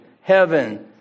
heaven